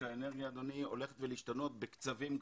האנרגיה הולכת להשתנות בקצבים גבוהים.